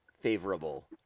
favorable